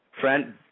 Friend